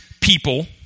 people